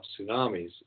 tsunamis